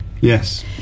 Yes